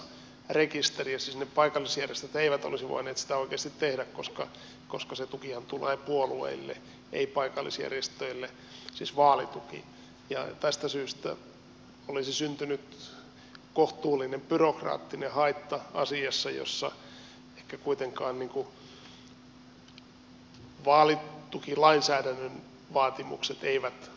siis ne paikallisjärjestöt eivät olisi voineet sitä oikeasti tehdä koska se tukihan tulee puolueille ei paikallisjärjestöille siis vaalituki ja tästä syystä olisi syntynyt kohtuullinen byrokraattinen haitta asiassa jossa ehkä kuitenkaan vaalitukilainsäädännön vaatimukset eivät olisi sitä todellisuudessa edellyttäneet